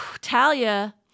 Talia